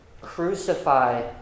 crucify